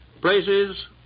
places